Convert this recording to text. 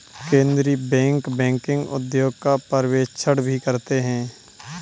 केन्द्रीय bank banking उद्योग का पर्यवेक्षण भी करते हैं